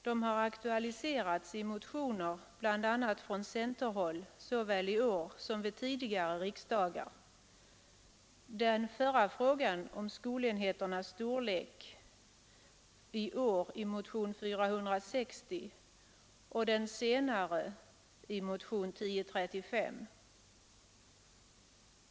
De har aktualiserats i motioner bl.a. från centerhåll såväl i år som vid tidigare riksdagar, i år i motionen 460 när det gäller den första frågan och i motionen 1035 när det gäller den andra frågan.